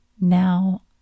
Now